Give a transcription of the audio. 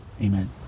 Amen